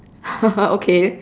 okay